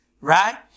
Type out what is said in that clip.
right